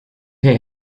pay